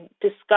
discuss